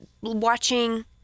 watching